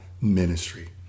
Ministry